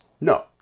no